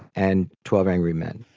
and twelve angry men